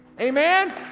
Amen